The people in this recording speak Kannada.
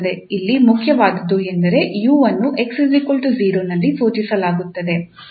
ಇಲ್ಲಿ ಮುಖ್ಯವಾದುದು ಎಂದರೆ 𝑢 ಅನ್ನು 𝑥 0 ನಲ್ಲಿ ಸೂಚಿಸಲಾಗುತ್ತದೆ